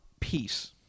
peace